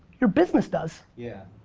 your business does. yeah.